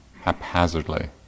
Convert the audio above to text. haphazardly